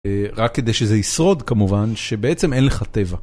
רק כדי שזה ישרוד כמובן שבעצם אין לך טבע.